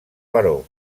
baró